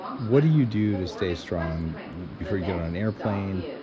what do you do to stay strong before you get on an airplane,